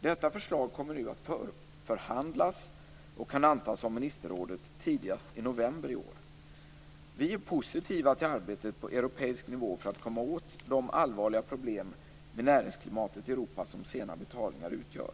Detta förslag kommer nu att förhandlas och kan antas av ministerrådet tidigast i november i år. Vi är positiva till arbetet på europeisk nivå för att komma åt de allvarliga problem för näringsklimatet i Europa som sena betalningar utgör.